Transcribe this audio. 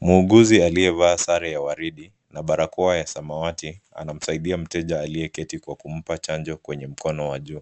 Muuguzi aliyevaa sare ya waridi na barakoa ya samawati anamsaidia mgonjwa aliyeketi kwa kumpa chanjo kwenye mkono wake.